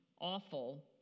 awful